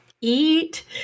eat